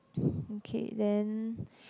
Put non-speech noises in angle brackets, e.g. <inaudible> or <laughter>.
<breath> okay then